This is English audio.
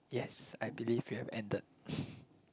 yes I believe we have ended